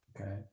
okay